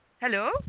hello